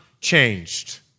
changed